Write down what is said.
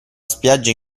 spiaggia